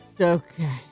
Okay